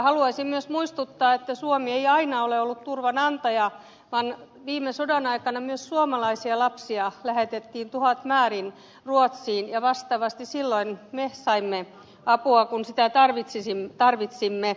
haluaisin myös muistuttaa että suomi ei aina ole ollut turvanantaja vaan viime sodan aikana myös suomalaisia lapsia lähetettiin tuhatmäärin ruotsiin ja vastaavasti silloin me saimme apua kun sitä tarvitsimme